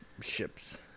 ships